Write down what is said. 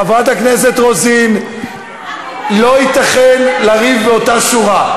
חברת הכנסת רוזין, לא ייתכן לריב באותה שורה.